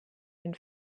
den